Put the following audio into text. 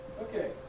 Okay